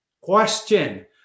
Question